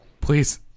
please